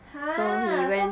!huh! so